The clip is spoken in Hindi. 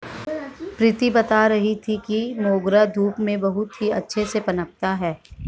प्रीति बता रही थी कि मोगरा धूप में बहुत ही अच्छे से पनपता है